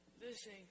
listen